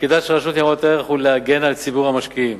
תפקידה של הרשות לניירות ערך הוא להגן על ציבור המשקיעים.